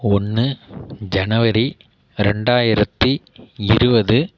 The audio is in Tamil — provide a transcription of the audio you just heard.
ஒன்று ஜனவரி ரெண்டாயிரத்து இருபது